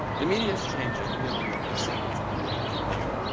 the media is changing. we all know this. i'm not telling you anything new.